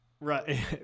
Right